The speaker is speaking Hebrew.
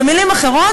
במילים אחרות,